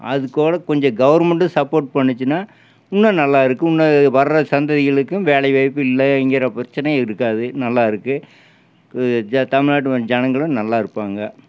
அதுக்கூட கொஞ்சம் கவர்மெண்ட்டும் சப்போர்ட் பண்ணுச்சின்னா இன்னும் நல்லாயிருக்கும் இன்னும் வர சந்ததிகளுக்கும் வேலை வாய்ப்பு இல்லங்கிற பிரச்சனை இருக்காது நல்லாயிருக்கு ஜ தமிழ்நாட்டு ஜனங்களும் நல்லாயிருப்பாங்க